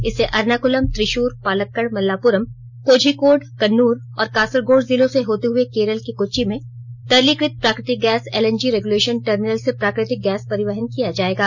इससे एर्नाक्लम त्रिशूर पालक्कड़ मल्लापुरम कोझीकोड कण्णूर और कासरगोड जिलों से होते हुए केरल के कोच्चि में तरलीकृत प्राकृतिक गैस एलएनजी रेग्युलेशन टर्मिनल से प्राकृतिक गैस परिवहन किया जाएगा